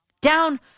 Down